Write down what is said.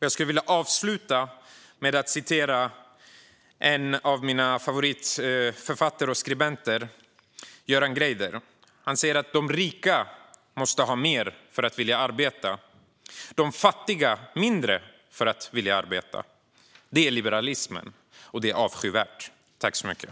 Jag skulle vilja avsluta med att citera en av mina favoritförfattare och skribenter, Göran Greider. Han säger: "De rika måste ha mer pengar för att vilja arbeta. De fattiga mindre för att vilja arbeta. Det är liberalismen. Det är avskyvärt."